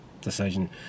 decision